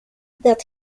that